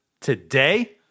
today